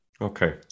Okay